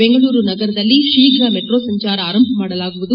ಬೆಂಗಳೂರು ನಗರದಲ್ಲಿ ಶೀಘ ಮೆಟ್ರೋ ಸಂಚಾರ ಆರಂಭ ಮಾಡಲಾಗುವುದು